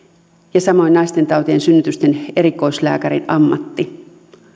ja samoin naistentautien synnytysten erikoislääkärin ammatti